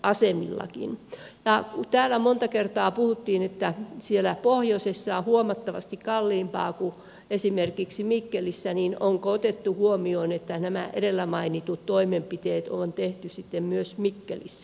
ja kun täällä monta kertaa puhuttiin että siellä pohjoisessa on huomattavasti kalliimpaa kuin esimerkiksi mikkelissä niin onko otettu huomioon että nämä edellä mainitut toimenpiteet on tehty sitten myös mikkelissä